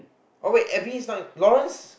oh wait Abby is not in Laurance